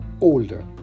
older